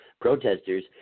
protesters